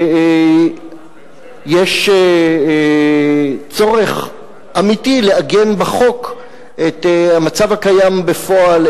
יש צורך אמיתי לעגן בחוק את המצב הקיים בפועל,